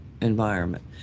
environment